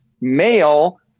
male